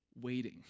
waiting